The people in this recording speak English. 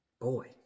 Boy